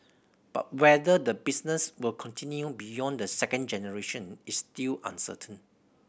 but whether the business will continue beyond the second generation is still uncertain